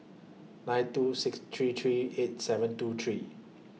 nine two six three three eight seven two three